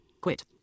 quit